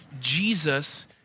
Jesus